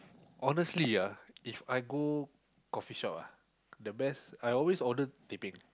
honestly ah If I go coffee shop ah the best I always order teh peng